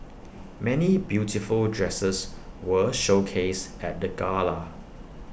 many beautiful dresses were showcased at the gala